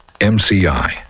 MCI